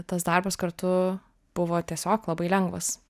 tas darbas kartu buvo tiesiog labai lengvas